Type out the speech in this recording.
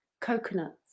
coconuts